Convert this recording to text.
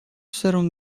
سرم